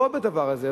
לא בדבר הזה,